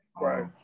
Right